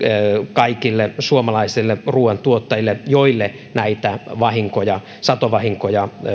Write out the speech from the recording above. kaikille suomalaisille ruuantuottajille joille näitä satovahinkoja